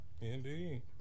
Indeed